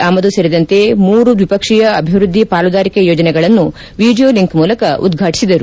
ಆಮದು ಸೇರಿದಂತೆ ಮೂರು ದ್ವಿಪಕ್ಷೀಯ ಅಭಿವೃದ್ದಿ ಪಾಲುದಾರಿಕೆ ಯೋಜನೆಗಳನ್ನು ವಿಡಿಯೋ ಲಿಂಕ್ ಮೂಲಕ ಉದ್ವಾಟಿಸಿದರು